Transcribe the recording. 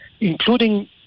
including